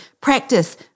practice